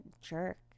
jerk